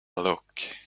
look